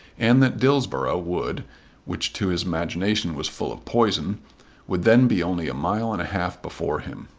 and that dillsborough wood which to his imagination was full of poison would then be only a mile and a half before him.